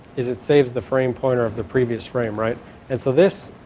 is it saves the frame pointer of the previous frame right and so this